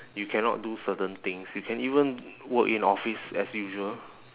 you cannot do certain things you can even work in office as usual